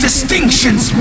Distinctions